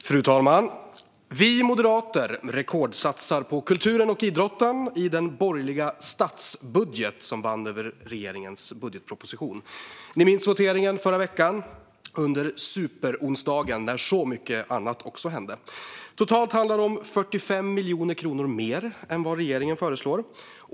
Fru talman! Vi moderater rekordsatsar på kulturen och idrotten i den borgerliga statsbudget som vann över regeringens budgetproposition. Ni minns voteringen i förra veckan under superonsdagen, när så mycket annat också hände. Totalt handlar det om 45 miljoner kronor mer än vad regeringen föreslår.